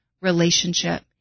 relationship